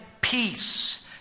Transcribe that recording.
peace